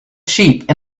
sheep